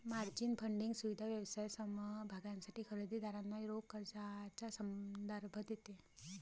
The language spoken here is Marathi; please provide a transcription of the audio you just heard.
मार्जिन फंडिंग सुविधा व्यवसाय समभागांसाठी खरेदी दारांना रोख कर्जाचा संदर्भ देते